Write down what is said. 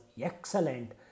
excellent